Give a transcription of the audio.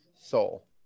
Soul